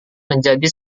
menjadi